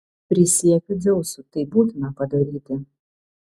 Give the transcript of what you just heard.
prisiekiu dzeusu tai būtina padaryti